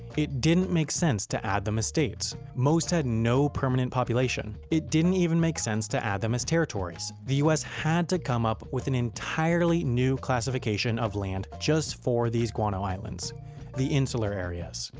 it didn't make sense to add them as states. most had no permanent population. it didn't even make sense to add them as territories. the us had to come up with an entirely new classification of land just for these guano islands the insular areas.